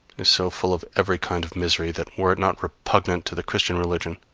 is so full of every kind of misery that, were it not repugnant to the christian religion,